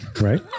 right